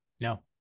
No